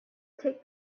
take